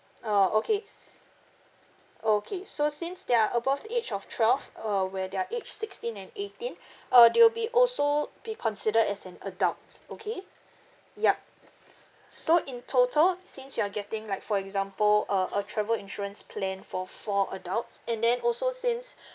uh okay okay so since they are above the age of twelve uh where they are age sixteen and eighteen uh they will be also be considered as an adult okay yup so in total since you are getting like for example uh a travel insurance plan for four adults and then also since